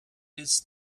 its